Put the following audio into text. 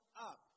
up